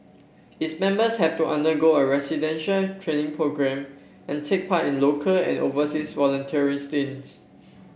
its members have to undergo a residential training programme and take part in local and an overseas volunteering stints